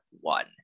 one